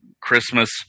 Christmas